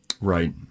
Right